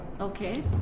okay